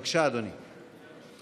בבקשה, אדוני.